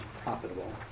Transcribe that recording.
profitable